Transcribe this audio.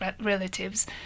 relatives